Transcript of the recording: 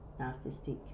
narcissistic